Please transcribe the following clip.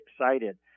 excited